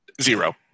Zero